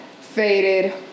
faded